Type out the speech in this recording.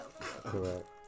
Correct